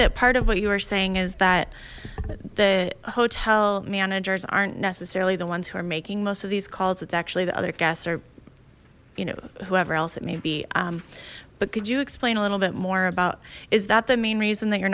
that part of what you are saying is that the hotel managers aren't necessarily the ones who are making most of these calls it's actually the other guests are you know whoever else it may be but could you explain a little bit more about is that the main reason that you're